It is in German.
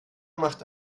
macht